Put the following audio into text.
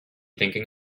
thinking